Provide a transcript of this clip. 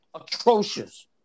Atrocious